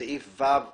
בסוף-בסוף